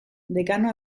dekanoa